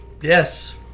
Yes